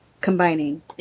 Combining